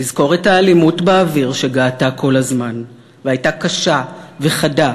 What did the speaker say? לזכור את האלימות באוויר שגאתה כל הזמן והייתה קשה וחדה